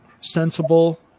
sensible